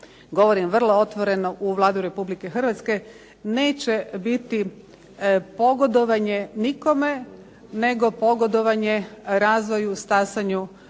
govorim vrlo otvoreno, u Vladu RH neće biti pogodovanje nikome, nego pogodovanje razvoju, stasanju